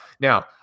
Now